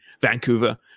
Vancouver